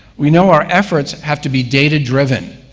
we know our efforts have to be data-driven,